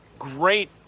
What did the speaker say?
Great